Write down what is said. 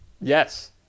Yes